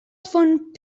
font